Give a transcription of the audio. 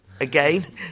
Again